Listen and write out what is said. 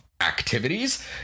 activities